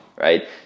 right